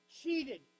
cheated